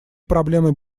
проблемы